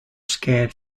scared